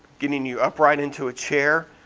getting you upright into a chair.